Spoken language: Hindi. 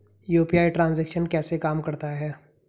यू.पी.आई ट्रांजैक्शन कैसे काम करता है?